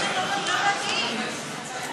כשאני מנהל את המליאה, היא קראה לי גזען.